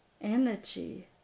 energy